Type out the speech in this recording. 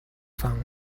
fun